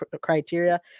criteria